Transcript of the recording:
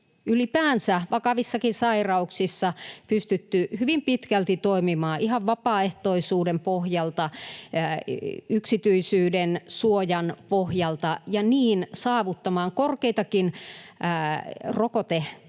ylipäänsä vakavissakin sairauksissa pystytty hyvin pitkälti toimimaan ihan vapaaehtoisuuden pohjalta, yksityisyydensuojan pohjalta ja niin saavuttamaan korkeitakin rokotekattavuuksia,